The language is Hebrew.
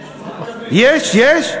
יש?